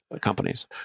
companies